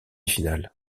finale